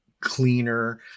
cleaner